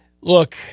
Look